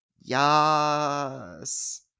yes